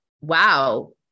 wow